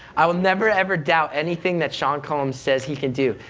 i will never ever doubt anything that sean combs says he can do,